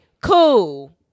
cool